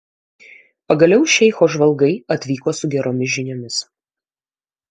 pagaliau šeicho žvalgai atvyko su geromis žiniomis